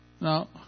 Now